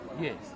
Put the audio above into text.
Yes